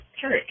church